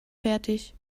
fertig